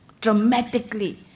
dramatically